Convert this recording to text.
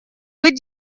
быть